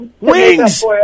Wings